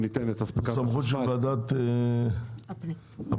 זה בסמכות ועדת הפנים.